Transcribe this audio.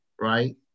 right